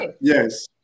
Yes